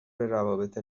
روابط